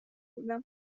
بودم